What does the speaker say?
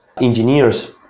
engineers